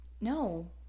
No